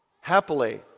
Happily